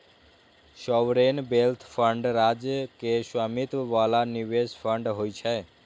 sovereign wealth fund राज्य के स्वामित्व बला निवेश फंड होइ छै